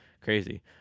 crazy